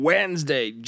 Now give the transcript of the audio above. Wednesday